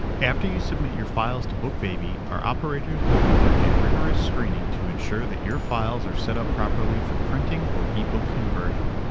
after you submit your files to bookbaby, our operators will conduct a rigorous screening to ensure that your files are set up properly for printing or ebook conversion.